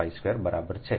5 square બરાબર છે